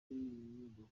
inyigo